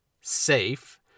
safe